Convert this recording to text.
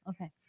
Okay